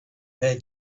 they